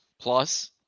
plus